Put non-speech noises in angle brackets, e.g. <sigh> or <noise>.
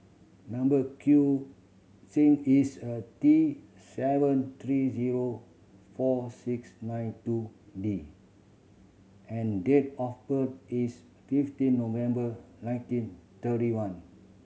number <unintelligible> is a T seven three zero four six nine two D and date of birth is fifteen November nineteen thirty one